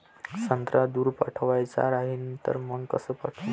संत्रा दूर पाठवायचा राहिन तर मंग कस पाठवू?